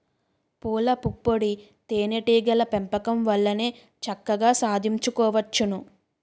పూలపుప్పొడి తేనే టీగల పెంపకం వల్లనే చక్కగా సాధించుకోవచ్చును